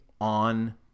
on